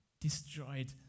destroyed